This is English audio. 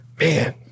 man